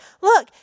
Look